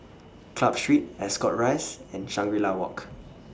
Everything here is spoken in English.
Club Street Ascot Rise and Shangri La Walk